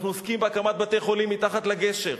אנחנו עוסקים בהקמת בתי-חולים מתחת לגשר.